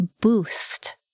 boost